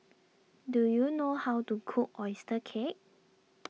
do you know how to cook Oyster Cake